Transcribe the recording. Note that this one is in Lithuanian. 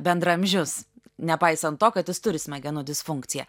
bendraamžius nepaisant to kad jis turi smegenų disfunkciją